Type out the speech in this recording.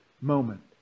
moment